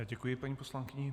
Děkuji paní poslankyni.